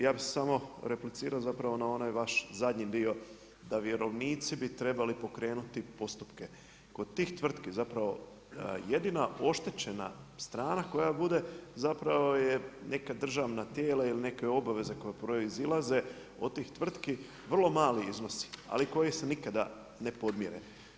Ja bi se samo replicirao na onaj vaš zadnji dio, da vjerovnici bi trebali pokrenuti postupke, kod tih tvrtki, zapravo jedina oštećena strana koja bude zapravo je neka državna tijela ili neka obveze koje proizlaze od tih tvrtki, vrlo mali iznosi ali koji se nikad a ne podmire.